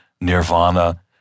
nirvana